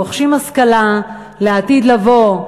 רוכשים השכלה לעתיד לבוא.